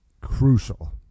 crucial